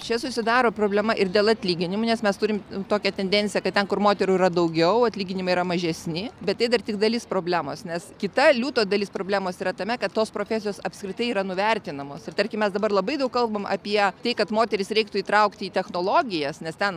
čia susidaro problema ir dėl atlyginimų nes mes turim tokią tendenciją kad ten kur moterų yra daugiau atlyginimai yra mažesni bet tai dar tik dalis problemos nes kita liūto dalis problemos yra tame kad tos profesijos apskritai yra nuvertinamos ir tarkim mes dabar labai daug kalbam apie tai kad moteris reiktų įtraukti į technologijas nes ten